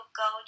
go